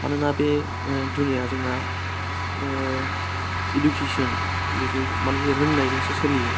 मानोना बे दुनियाया जोंना इडुकेसन बेजों मानि रोंनायजोंसो सोलियो